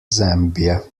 zambia